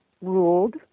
ruled